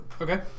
Okay